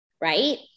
Right